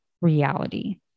reality